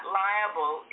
liable